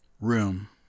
room